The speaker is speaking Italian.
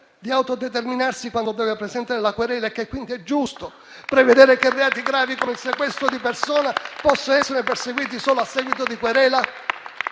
di autodeterminarsi, quando deve presentare la querela, e che quindi è giusto prevedere che reati gravi come il sequestro di persona possano essere perseguiti solo a seguito di querela?